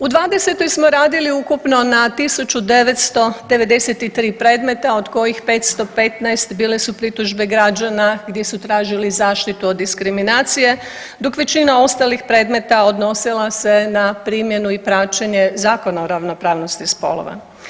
U '20. smo radili ukupno na 1993 predmeta od kojih 515 bile su pritužbe građana gdje su tražili zaštitu od diskriminacije, dok većina ostalih predmeta odnosila se na primjenu i praćenje Zakona o ravnopravnosti spolova.